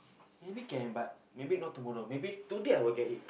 maybe can but maybe not tomorrow maybe today I will get it